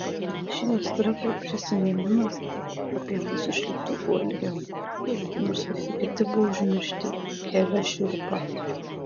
ši aistra kad prisiminimas apie mus išliktų kuo ilgiau nors visi kiti buvo užmiršti kelia šiurpą